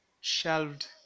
shelved